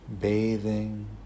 Bathing